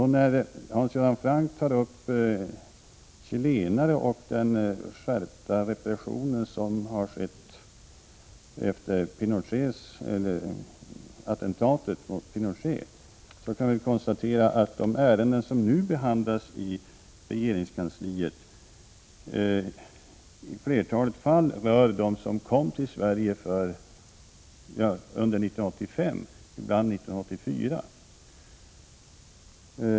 Hans Göran Franck tar upp frågor om chilenare och den skärpta repressionen i Chile efter attentatet mot Pinochet. De ärenden som nu behandlas i regeringskansliet rör i flertalet fall personer som kom till Sverige under 1985 och i vissa fall under 1984.